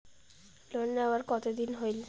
Loan নেওয়ার কতদিন হইল?